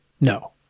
no